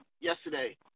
yesterday